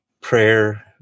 prayer